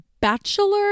Bachelor